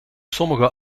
sommige